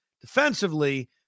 defensively